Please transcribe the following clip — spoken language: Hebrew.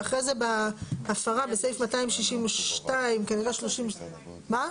ואחרי זה בהפרה, בסעיף 262 כנראה, מה?